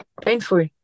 painful